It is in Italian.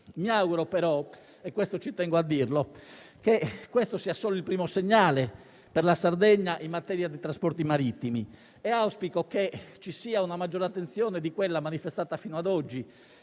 Mi auguro però - e ci tengo a dirlo - che questo sia solo il primo segnale per la Sardegna in materia di trasporti marittimi; auspico che ci sia una maggiore attenzione di quella manifestata fino ad oggi